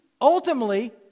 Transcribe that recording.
ultimately